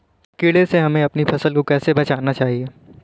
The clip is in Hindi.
कीड़े से हमें अपनी फसल को कैसे बचाना चाहिए?